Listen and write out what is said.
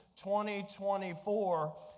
2024